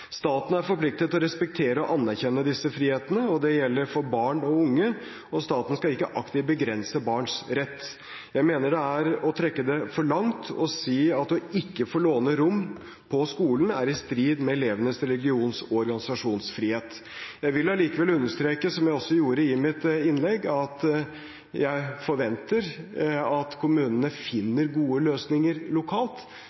Staten er forpliktet til å respektere og anerkjenne disse frihetene, og det gjelder for barn og unge, og staten skal ikke aktivt begrense barns rett. Jeg mener det er å trekke det for langt å si at ikke å få låne rom på skolen er i strid med elevenes religions- og organisasjonsfrihet. Jeg vil allikevel understreke, som jeg også gjorde i mitt innlegg, at jeg forventer at kommunene